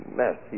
mess